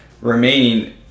remaining